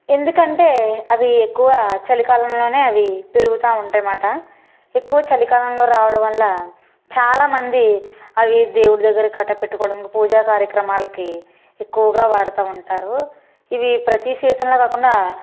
ఎందుకంటే అవి ఎక్కువ చలికాలంలోనే అవి పెరుగుతా ఉంటాయమాట ఎక్కువ చలికాలంలో రావడం వల్ల చాలా మంది అవి దేవుడి దగ్గర కట్ట పెట్టుకోవడానికి పూజా కార్యక్రమాలకి ఎక్కువగా వాడతా ఉంటారు ఇవి ప్రతీ సీజన్లో కాకుండా